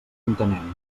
entenem